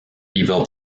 evil